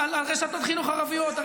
על רשתות חינוך ערביות.